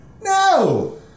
No